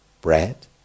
Bread